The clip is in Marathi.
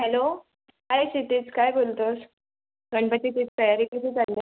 हॅलो हाय सिद्धेश काय बोलतो आहेस गणपतीची तयारी कशी चालली आहे